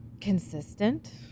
consistent